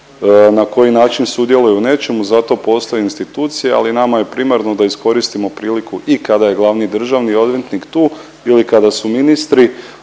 na koji način sudjeluje u nečemu za to postoje institucije, ali nama je primarno da iskoristimo priliku i kada je glavni državni odvjetnik tu ili kada su ministri